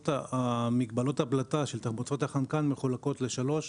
מגבלות הבלטה של תחמוצות החנקן מחולקות לשלוש,